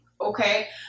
okay